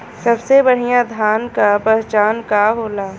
सबसे बढ़ियां धान का पहचान का होला?